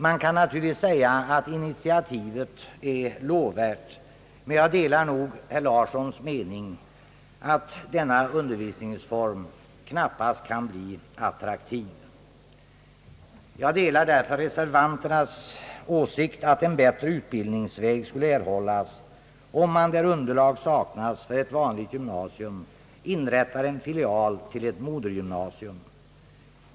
Man kan naturligtvis säga, att skolöverstyrelsens initiativ är lovvärt, men jag delar herr Larssons mening att denna undervisningsform knappast kan bli attraktiv. Jag är därför av samma uppfattning som reservanterna, nämligen att en bättre utbildningsväg skulle er hållas om man, där underlag saknas för ett vanligt gymnasium, inrättar en filial till ett modergymnasium.